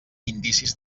indicis